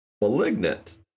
malignant